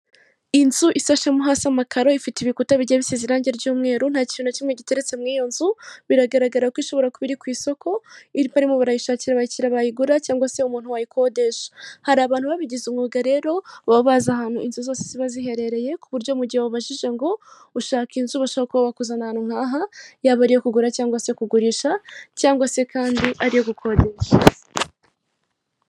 Inzu isashemo hasi amakaro, ifite ibikuta bigiye bisize irangi ry'mweru, nta kintu na kimwe giteretse mu iyo nzu, biragaragara ko ishobora kuba iri ku isoko, barimo barayishakira abakiriya bayigura cyangwa se umuntu wayikodesha. Hari abantu babigize umwuga rero, baba bazi ahantu inzu zose ziba ziherereye, ku buryo mu gihe ubababajije ngo ushaka inzu bashobora kuba ahantu nk'aha, yaba ari iyo kugura cyangwa se kugurisha cyangwa se kandi ari iyo gukodesha.